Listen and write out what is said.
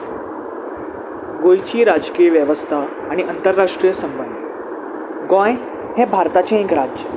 गोंयची राजकीय वेवस्था आनी अंतरराष्ट्रीय संबंद गोंय हें भारताचें एक राज्य